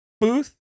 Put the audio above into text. booth